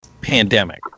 pandemic